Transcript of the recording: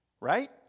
Right